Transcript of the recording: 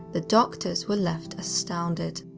the doctors were left astounded.